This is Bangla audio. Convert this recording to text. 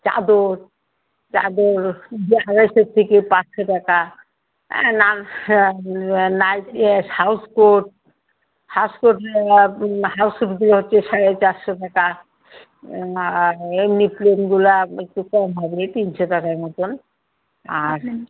চাদর চাদর যা আড়াইশোর থেকে পাঁচশো টাকা হ্যাঁ না হ্যাঁ নাইটি হাউসকোট হাউসকোট হাউসকোটগুলো হচ্ছে সাড়ে চারশো টাকা আর এমনি প্লেনগুলা একটু কম হবে তিনশো টাকার মতন আর